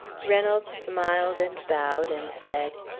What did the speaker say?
reynolds smiled and bowed, and said,